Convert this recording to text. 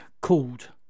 called